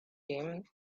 him